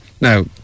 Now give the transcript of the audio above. Now